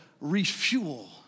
refuel